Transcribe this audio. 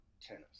tennis